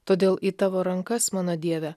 todėl į tavo rankas mano dieve